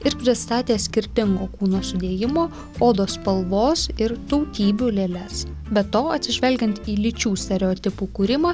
ir pristatė skirtingo kūno sudėjimo odos spalvos ir tautybių lėles be to atsižvelgiant į lyčių stereotipų kūrimą